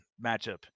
matchup